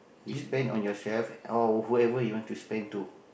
you spend on yourself or whoever you want to spend to